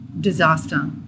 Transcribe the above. disaster